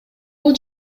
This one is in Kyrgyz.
бул